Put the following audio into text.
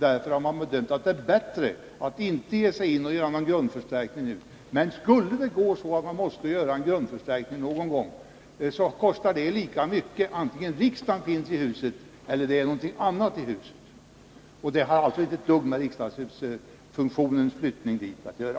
Därför har man bedömt att det är bättre att inte göra någon grundförstärkning nu, men skulle man behöva göra en grundförstärkning, kostar det lika mycket, oavsett om riksdagen eller någonting annat finns där. Det har alltså inte ett dugg med riksdagens flyttning att göra.